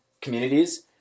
communities